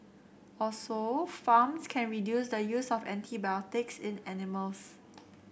also farms can reduce the use of antibiotics in animals